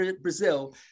Brazil